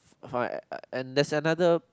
fine uh and that's another